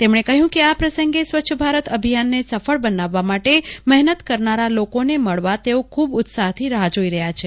તેમણે કહ્યું કે આ પ્રસંગે સ્વચ્છ ભારત અભિયાને સફળ બનાવવા માટે મહેનત કરનારા લોકોને મળવા તેઓ ખુ બ ઉત્સાહીથી રાહ જોઇ રહ્યા છે